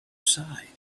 side